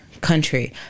country